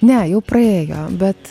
ne jau praėjo bet